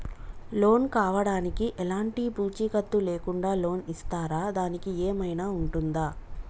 Loan కావడానికి ఎలాంటి పూచీకత్తు లేకుండా లోన్ ఇస్తారా దానికి ఏమైనా ఉంటుందా?